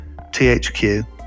THQ